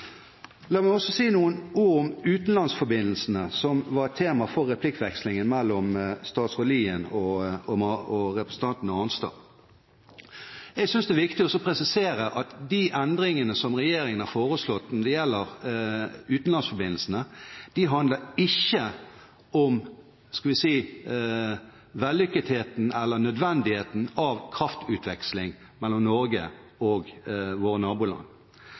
La meg også si noen ord om utenlandsforbindelsene, som var tema for replikkvekslingen mellom statsråd Lien og representanten Arnstad. Jeg synes det er viktig å presisere at de endringene som regjeringen har foreslått når det gjelder utenlandsforbindelsene, ikke handler om vellykketheten eller nødvendigheten av kraftutveksling mellom Norge og våre naboland.